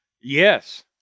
Yes